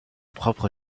propre